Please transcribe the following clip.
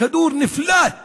הכדור נפלט